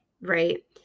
right